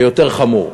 ויותר חמור.